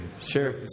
Sure